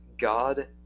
God